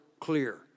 clear